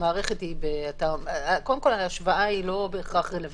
והמערכת קודם כול ההשוואה לא בהכרח רלוונטית.